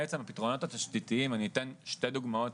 בעניין הפתרונות התשתיתיים אני אתן שתי דוגמאות,